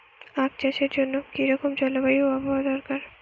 আখ চাষের জন্য কি রকম জলবায়ু ও আবহাওয়া দরকার?